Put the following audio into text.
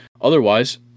Otherwise